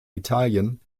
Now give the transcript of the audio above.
italien